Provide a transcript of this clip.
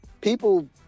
People